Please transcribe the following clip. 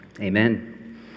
amen